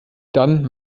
dann